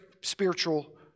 spiritual